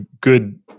good